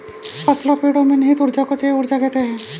फसलों पेड़ो में निहित ऊर्जा को जैव ऊर्जा कहते हैं